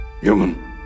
human